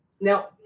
now